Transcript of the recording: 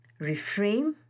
reframe